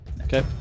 Okay